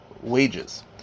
wages